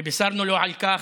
ובישרנו לו על כך.